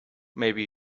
maybe